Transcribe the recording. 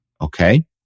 Okay